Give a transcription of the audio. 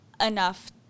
enough